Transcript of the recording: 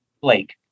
Blake